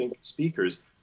speakers